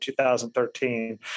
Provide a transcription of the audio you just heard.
2013